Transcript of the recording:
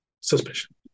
suspicion